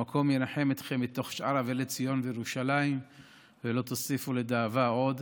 המקום ינחם אתכם בתוך שאר אבלי ציון וירושלים ולא תוסיפו לדאבה עוד.